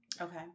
Okay